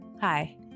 Hi